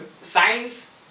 science